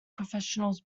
professionals